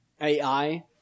AI